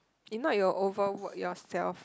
if not you'll overwork yourself